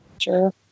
sure